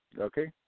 Okay